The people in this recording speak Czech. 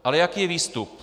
Ale jaký je výstup?